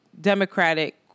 Democratic